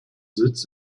sitz